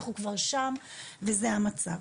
אנחנו כבר שם וזה המצב.